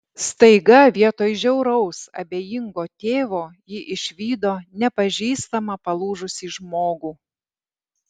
staiga vietoj žiauraus abejingo tėvo ji išvydo nepažįstamą palūžusį žmogų